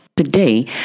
Today